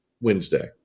Wednesday